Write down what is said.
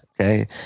okay